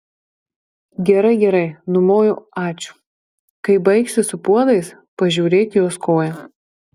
gerai gerai numojo ačiū kai baigsi su puodais pažiūrėk jos koją